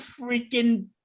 freaking